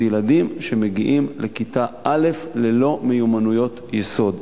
זה ילדים שמגיעים לכיתה א' ללא מיומנויות יסוד.